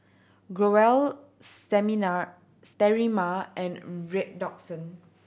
Growell Sterimar and Redoxon